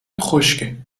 خشکه